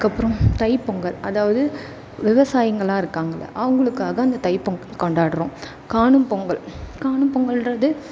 அதுக்கப்புறம் தை பொங்கல் அதாவது விவசாயிங்களாம் இருக்காங்கள்லே அவங்களுக்காக அந்த தை பொங்கல் கொண்டாடுகிறோம் காணும்பொங்கல் காணும் பொங்கல்ங்றது